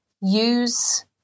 use